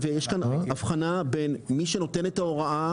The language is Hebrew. יש כאן הבחנה בין מי שנותן את ההוראה